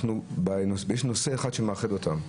יש נושא אחד שמאחד אותם,